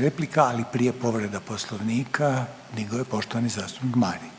replika, ali prije povreda poslovnika, digao ju poštovani zastupnik Marin,